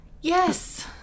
Yes